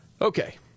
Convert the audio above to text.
okay